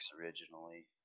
originally